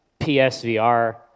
PSVR